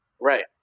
Right